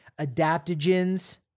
adaptogens